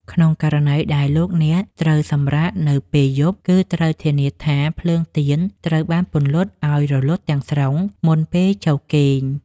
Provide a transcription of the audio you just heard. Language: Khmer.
ក្នុងករណីដែលលោកអ្នកត្រូវសម្រាកនៅពេលយប់ គឺត្រូវធានាថាភ្លើងទៀនត្រូវបានពន្លត់ឱ្យរលត់ទាំងស្រុងមុនពេលចូលគេង។